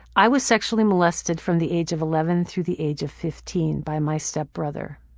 i was sexually molested from the age of eleven through the age of fifteen by my stepbrother.